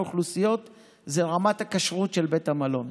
אוכלוסיות זו רמת הכשרות של בית המלון,